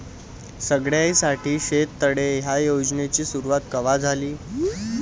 सगळ्याइसाठी शेततळे ह्या योजनेची सुरुवात कवा झाली?